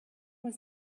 was